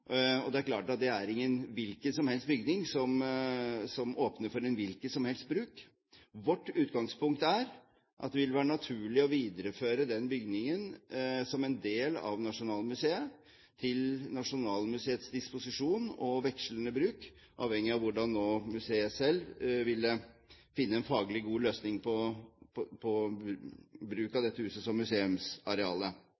Det er klart at det ikke er en hvilken som helst bygning som åpner for en hvilken som helst bruk. Vårt utgangspunkt er at det vil være naturlig å videreføre den bygningen som en del av Nasjonalmuseet, til Nasjonalmuseets disposisjon og vekslende bruk, avhengig av hvordan museet selv vil finne en faglig god løsning på bruk av dette huset som museumsareal. Det er et